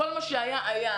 כל מה שהיה היה,